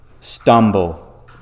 stumble